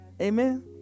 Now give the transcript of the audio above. Amen